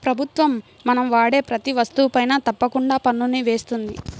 ప్రభుత్వం మనం వాడే ప్రతీ వస్తువుపైనా తప్పకుండా పన్నుని వేస్తుంది